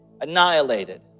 annihilated